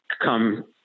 come